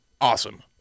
awesome